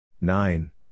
Nine